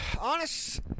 Honest